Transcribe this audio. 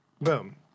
Boom